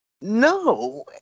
No